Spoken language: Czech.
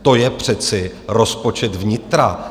To je přece rozpočet vnitra!